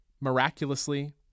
miraculously